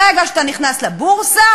ברגע שאתה נכנס לבורסה,